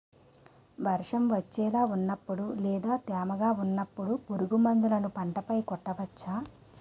వర్షం వచ్చేలా వున్నపుడు లేదా తేమగా వున్నపుడు పురుగు మందులను పంట పై కొట్టవచ్చ?